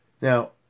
Now